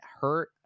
hurt